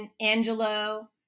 Angelo